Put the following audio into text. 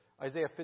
Isaiah